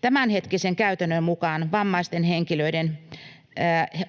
Tämänhetkisen käytännön mukaan vammaisten henkilöiden